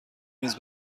میز